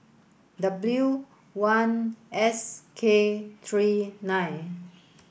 W one S K three nine